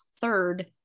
third